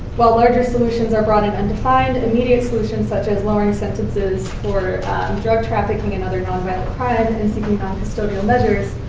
while largers solutions are broad and undefined, immediate solutions, such as lowering sentences for drug trafficking and other non-violent crimes, and seeking non-custodial measures,